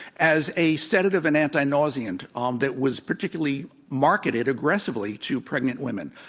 as a sedative and anti-nauseant um that was particularly marketed aggressively to pregnant women.